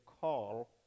call